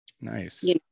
nice